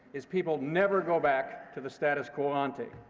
is people never go back to the status quo ante.